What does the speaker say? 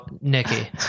Nikki